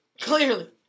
Clearly